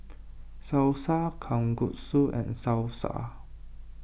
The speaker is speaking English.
Salsa Kalguksu and Salsa